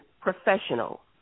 professional